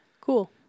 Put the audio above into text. Cool